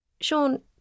Sean